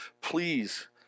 please